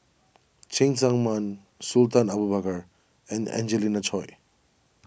Cheng Tsang Man Sultan Abu Bakar and Angelina Choy